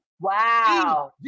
Wow